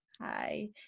Hi